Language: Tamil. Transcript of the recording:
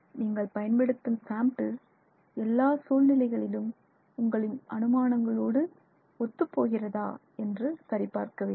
நீங்கள் பயன்படுத்தும் சாம்பிள் எல்லா சூழ்நிலைகளிலும் உங்களின் அனுமானங்களோடு ஒத்துப்போகிறதா என்று சரி பார்க்க வேண்டும்